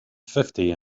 fifty